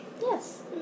Yes